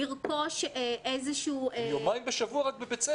הם בבית הספר רק יומיים בשבוע.